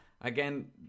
Again